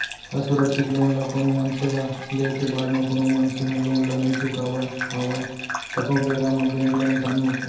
असुरक्छित लोन ल कोनो मनसे ह लेय के बाद म कोनो मनसे ह लोन ल नइ चुकावय पावय त ओ बेरा म बेंक ल नुकसानी होथे